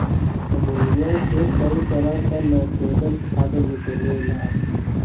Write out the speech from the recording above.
ammonia से कई तरह क नाइट्रोजन खाद निकलेला